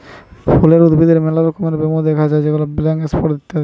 ফুলের উদ্ভিদে মেলা রমকার ব্যামো দ্যাখা যায় যেমন ব্ল্যাক স্পট ইত্যাদি